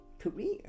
career